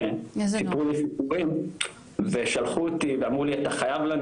שסיפרו לי סיפורים ושלחו אותי ואמרו לי אתה חייב לנו